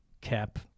Cap